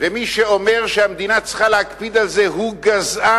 ומי שאומר שהמדינה צריכה להקפיד על זה הוא גזען,